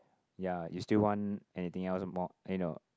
ya you still want anything else more eh you know